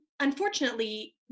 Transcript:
Unfortunately